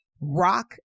rock